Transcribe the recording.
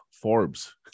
Forbes